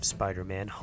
Spider-Man